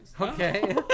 Okay